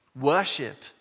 Worship